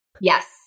Yes